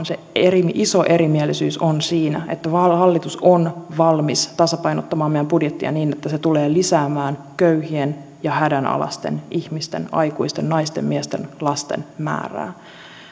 se iso erimielisyys on siinä että hallitus on valmis tasapainottamaan meidän budjettiamme niin että se tulee lisäämään köyhien ja hädänalaisten ihmisten aikuisten naisten miesten lasten määrää